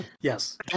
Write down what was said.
yes